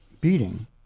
beating